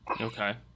Okay